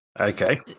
Okay